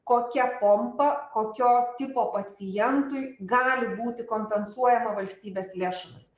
kokia pompa kokio tipo pacientui gali būti kompensuojama valstybės lėšomis